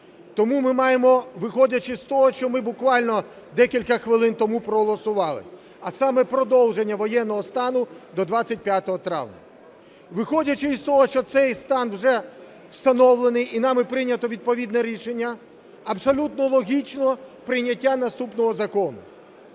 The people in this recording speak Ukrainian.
Тому ми маємо, виходячи з того, що ми буквально декілька хвилин тому проголосували, а саме продовження воєнного стану до 25 травня, виходячи з того, що цей стан встановлений, і нами прийнято відповідне рішення, абсолютно логічно прийняття наступного закону.